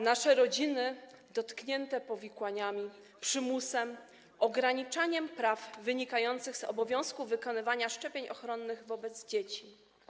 Nasze rodziny są dotknięte powikłaniami, przymusem, ograniczaniem praw wynikających z obowiązku wykonywania szczepień ochronnych dzieci.